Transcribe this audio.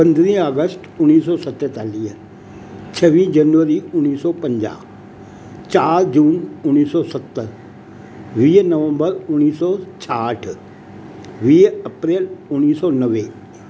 पंद्रहीं आगस्ट उणिवीह सौ सतेतालीह छवीह जनवरी उणिवीह सौ पंजा चारि जून उणिवीह सौ सतर वीह नवंम्बर उणिवीह सौ छाहठि वीह अप्रेल उणिवीह सौ नवे